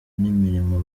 n’imirimo